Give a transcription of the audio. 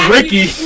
Ricky